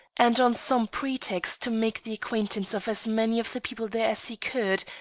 and on some pretext to make the acquaintance of as many of the people there as he could,